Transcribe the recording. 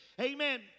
amen